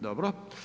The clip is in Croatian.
Dobro.